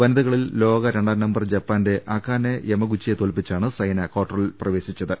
വനിതകളിൽ ലോക രണ്ടാം നമ്പർ ജപ്പാന്റെ അകാനെ യമഗു ച്ചിയെ തോൽപ്പിച്ചാണ് സൈന ക്വാർട്ടറിലെത്തിയത്